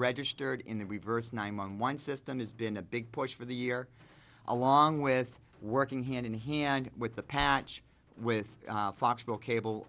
registered in the reverse nine one one system has been a big push for the year along with working hand in hand with the patch with fox bill cable